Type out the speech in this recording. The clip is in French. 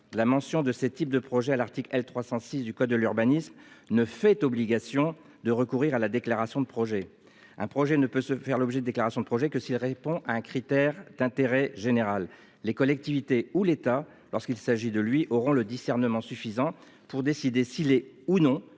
la mention de ces types de projets à l'article L. 306 du code de l'urbanisme ne fait obligation de recourir à la déclaration de projet, un projet ne peut se faire l'objet de déclarations de projets que s'il répond à un critère d'intérêt général. Les collectivités ou l'État lorsqu'il s'agit de lui auront le discernement suffisant pour décider s'il est ou non